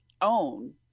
own